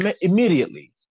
immediately